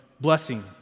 blessing